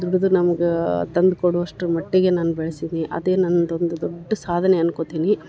ದುಡಿದು ನಮ್ಗ ತಂದು ಕೊಡೊವಷ್ಟು ಮಟ್ಟಿಗೆ ನಾನು ಬೆಳೆಸಿದ್ನಿ ಅದೇ ನಂದು ಒಂದು ದೊಡ್ಡ ಸಾಧನೆ ಅನ್ಕೊಳ್ತೀನಿ